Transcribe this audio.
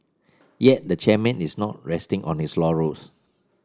yet the chairman is not resting on his laurels